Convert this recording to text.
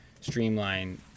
streamline